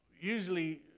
usually